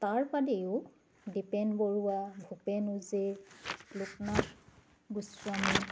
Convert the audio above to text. তাৰ বাদেও দীপেন বৰুৱা ভূপেন উজীৰ লোকনাথ গোস্বামী